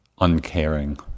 uncaring